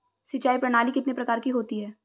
सिंचाई प्रणाली कितने प्रकार की होती है?